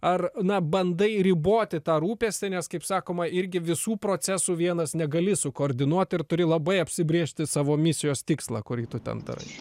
ar na bandai riboti tą rūpestį nes kaip sakoma irgi visų procesų vienas negali sukoordinuot ir turi labai apsibrėžti savo misijos tikslą kurį tu ten darai